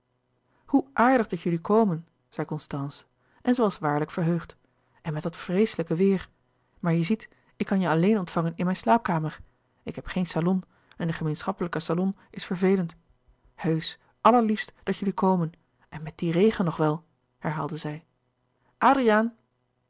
hoe aardig dat jullie komen zei constance en ze was waarlijk verheugd en met dat vreeslijke weêr maar je ziet ik kan je alleen ontvangen in mijn slaapkamer ik heb geen salon en de gemeenschappelijke salon is vervelend heusch allerliefst dat jullie louis couperus de boeken der kleine zielen komen en met dien regen nog wel herhaalde zij adriaan